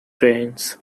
trains